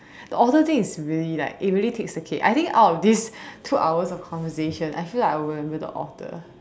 the author thing is really like it really takes the cake I think out of these two hours of conversation I feel like I would have went with the author